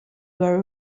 were